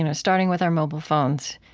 you know starting with our mobile phones,